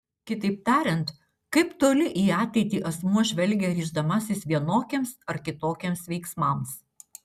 kitaip tariant kaip toli į ateitį asmuo žvelgia ryždamasis vienokiems ar kitokiems veiksmams